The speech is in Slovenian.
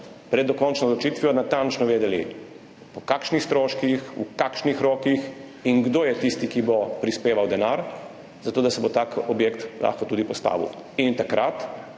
pred dokončno odločitvijo natančno vedeli, po kakšnih stroških, v kakšnih rokih in kdo je tisti, ki bo prispeval denar za to, da se bo tak objekt lahko tudi postavil. Takrat